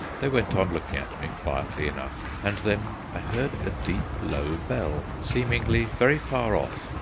they went on looking at me quietly enough, and then i heard a deep low bell, seemingly very far off,